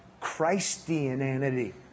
Christianity